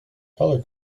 colour